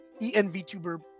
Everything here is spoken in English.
envtuber